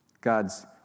God's